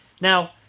Now